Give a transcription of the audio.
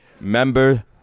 Member